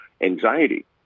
anxiety